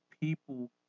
people